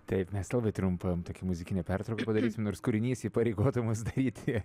taip mes labai trumpą tokią muzikinę pertrauką padarysim nors kūrinys įpareigotų mus daryti